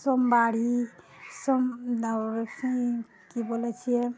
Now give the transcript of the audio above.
सोमवारी कि बोलै छिए